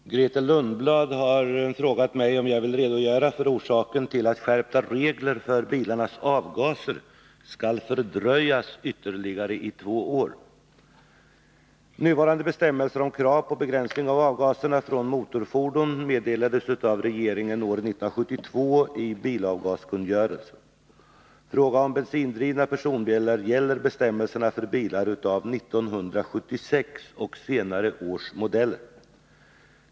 Herr talman! Grethe Lundblad har frågat mig om jag vill redogöra för orsaken till att skärpta regler för bilarnas avgaser skall fördröjas ytterligare två år. Nuvarande bestämmelser om krav på begränsning av avgaserna från motorfordon meddelades av regeringen år 1972 i bilavgaskungörelsen. I fråga om bensindrivna personbilar gäller bestämmelserna för bilar av 1976 och senare års modeller.